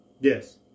Yes